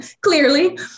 clearly